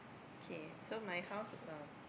K so my house uh